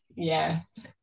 yes